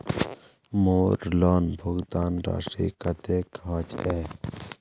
मोर लोन भुगतान राशि कतेक होचए?